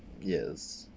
yes